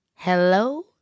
Hello